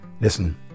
Listen